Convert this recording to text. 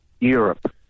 Europe